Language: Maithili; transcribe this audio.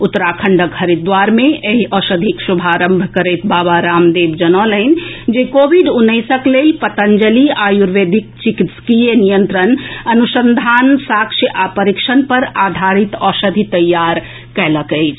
उत्तराखंडक हरिद्वार मे एहि औषधिक शुभारंभ करैत बाबा रामदेव जनौलनि जे कोविड उन्नैसक लेल पतंजलि आयुर्वेदिक चिकित्सकीय नियंत्रण अनुसंधान साक्ष्य आ परीक्षण पर आधारित औषधि तैयार कएलक अछि